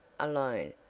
alone,